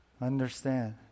understand